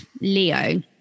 Leo